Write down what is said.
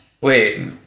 Wait